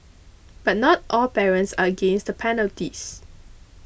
but not all parents are against the penalties